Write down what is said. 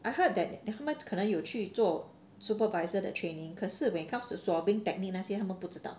I heard that 他们可能有去做 supervisor 的 training 可是 when it comes to swabbering technique 那些他们不知道